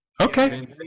Okay